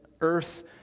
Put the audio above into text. earth